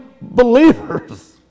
believers